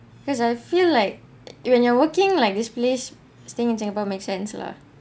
because I feel like you and you're working like this place staying in singapore make sense lah